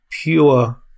pure